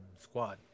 squad